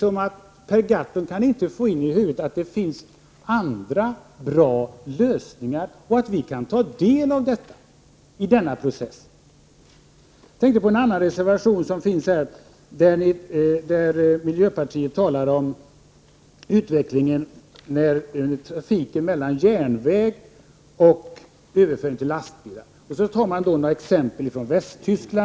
Per Gahrton kan inte få in i huvudet att det finns andra bra lösningar och att vi kan ta del av dem under en anpassningsprocess. Jag tänker på en annan reservation, där miljöpartiet talar om utvecklingen i fråga om att föra över trafik från järnväg till lastbilar och tar Västtyskland som exempel.